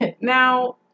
Now